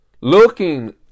looking